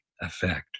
effect